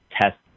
test